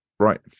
Right